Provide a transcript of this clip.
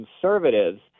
conservatives